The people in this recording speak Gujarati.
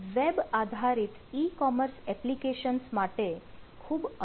તે વેબ આધારિત ઈ કોમર્સ એપ્લિકેશન્સ માટે ખૂબ અનુકૂળ છે